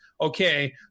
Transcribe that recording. okay